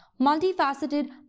multifaceted